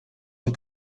une